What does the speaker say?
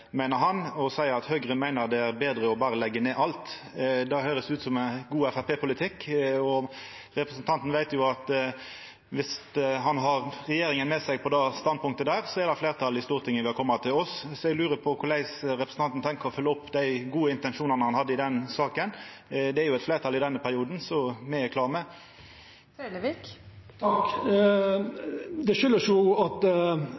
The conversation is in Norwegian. å leggja ned alt. Det høyrest ut som god Framstegsparti-politikk. Representanten veit jo at viss han har regjeringa med seg på dette standpunktet, er det fleirtal i Stortinget ved å koma til oss. Eg lurer på korleis representanten tenkjer å følgja opp dei gode intensjonane han hadde i denne saka. Det er jo eit fleirtal i denne perioden – så me er klare. Takk. Den utsegna kjem av at